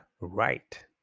right